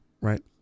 right